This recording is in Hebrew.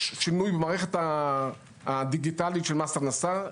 שינוי במערכת הדיגיטלית של מערכת הכנסה.